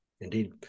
Indeed